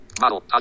Model